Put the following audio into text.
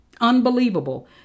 Unbelievable